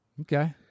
Okay